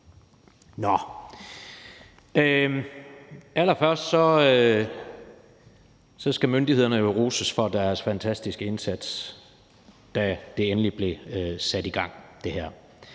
allerførst skal myndighederne jo roses for deres fantastiske indsats, da det her endelig blev sat i gang.